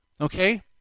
Okay